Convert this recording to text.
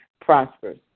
prosperous